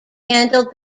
handled